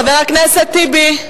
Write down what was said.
חבר הכנסת טיבי.